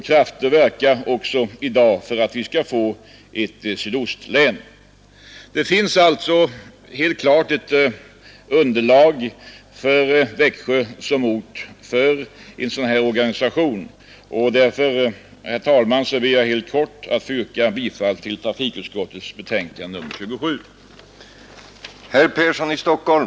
Krafter verkar också i dag för att vi skall få ett sydostlän. Det finns alltså helt klart ett underlag för Växjö som ort för en sådan här organisation. Därför, herr talman, ber jag helt kort att få yrka bifall till trafikutskottets förslag i dess betänkande nr 27.